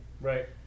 Right